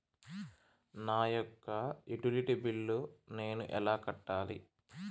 నా యొక్క utility bill నేను ఎలా కట్టాలి?